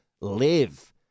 live